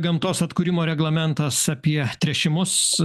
gamtos atkūrimo reglamentas apie tręšimus